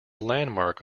landmark